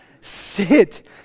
Sit